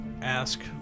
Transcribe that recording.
ask